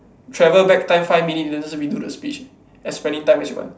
travel back time five minutes then just redo the speech as many time as you want